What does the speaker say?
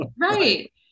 Right